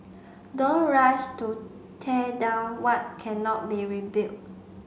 don't rush to tear down what cannot be rebuilt